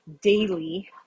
daily